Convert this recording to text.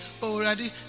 already